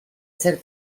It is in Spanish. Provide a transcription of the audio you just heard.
ser